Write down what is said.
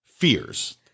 Fears